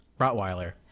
rottweiler